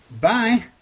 Bye